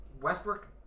Westbrook